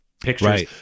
pictures